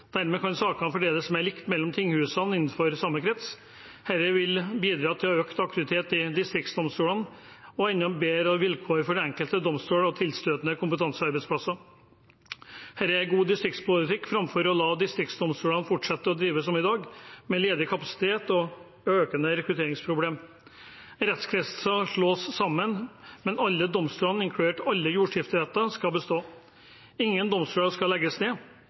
Dermed kan sakene fordeles mer likt mellom tinghusene innenfor samme krets. Dette vil bidra til økt aktivitet i distriktsdomstolene og enda bedre vilkår for den enkelte domstol og tilstøtende kompetansearbeidsplasser. Dette er god distriktspolitikk – framfor å la distriktsdomstolene fortsette å drive som i dag, med ledig kapasitet og økende rekrutteringsproblem. Rettskretser slås sammen, men alle domstoler, inkludert alle jordskifteretter, skal bestå. Ingen domstoler skal legges ned.